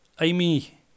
Amy